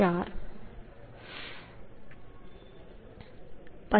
4 છે